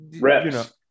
Reps